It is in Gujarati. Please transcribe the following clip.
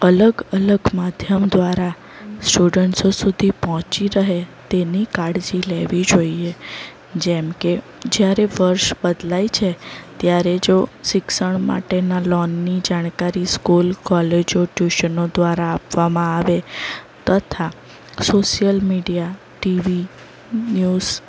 અલગ અલગ માધ્યમ દ્વારા સ્ટુડન્ટ્સો સુધી પહોંચી રહે તેની કાળજી લેવી જોઈએ જેમકે જ્યારે વર્ષ બદલાય છે ત્યારે જો શિક્ષણ માટેના લોનની જાણકારી સ્કૂલ કોલેજો ટયૂસનો દ્વારા આપવામાં આવે તથા સોશિયલ મીડિયા ટીવી ન્યૂઝ